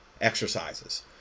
exercises